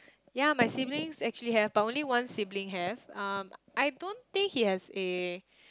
ya my siblings actually have but only one sibling have I don't think he have a